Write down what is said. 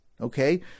okay